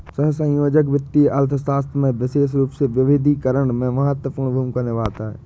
सहसंयोजक वित्तीय अर्थशास्त्र में विशेष रूप से विविधीकरण में महत्वपूर्ण भूमिका निभाते हैं